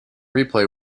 replay